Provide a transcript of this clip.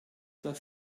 das